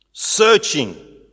Searching